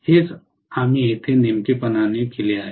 हेच आम्ही येथे नेमकेपणाने केले आहे